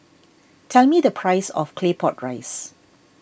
tell me the price of Claypot Rice